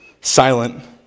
silent